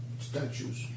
statues